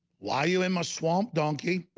why are you in my swamp donkey?